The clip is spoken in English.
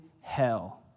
hell